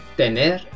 tener